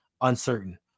uncertain